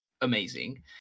amazing